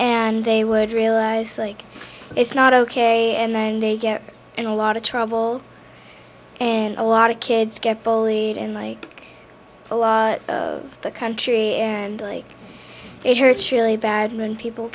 and they would realize like it's not ok and then they get in a lot of trouble and a lot of kids get bullied and like a lot of the country and like it hurts really bad when people